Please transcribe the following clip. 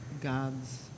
God's